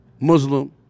Muslim